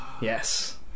yes